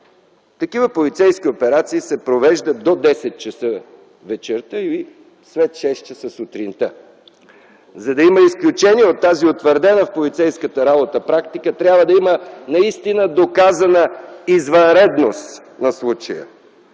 такива полицейски операции се провеждат до 10,00 ч. вечерта и след 6,00 ч. сутринта? За да има изключение от тази утвърдена в полицейската работа практика, трябва да има наистина доказана извънредност на случая.